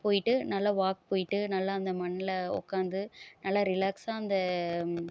போய்விட்டு நல்லா வாக் போயிட்டு நல்லா அந்த மண்ணில் உக்கார்ந்து நல்லா ரிலாக்ஸாக அந்த